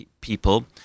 people